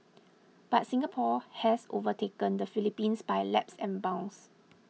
but Singapore has overtaken the Philippines by laps and bounds